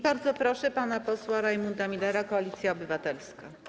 Bardzo proszę pana posła Rajmunda Millera, Koalicja Obywatelska.